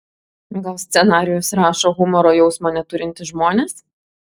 gal scenarijus rašo humoro jausmo neturintys žmonės